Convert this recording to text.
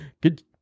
good